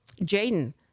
Jaden